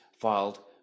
filed